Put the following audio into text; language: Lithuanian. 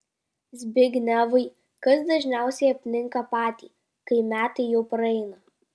zbignevai kas dažniausiai apninka patį kai metai jau praeina